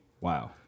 wow